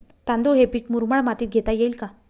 तांदूळ हे पीक मुरमाड मातीत घेता येईल का?